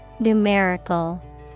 Numerical